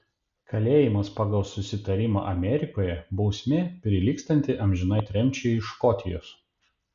kalėjimas pagal susitarimą amerikoje bausmė prilygstanti amžinai tremčiai iš škotijos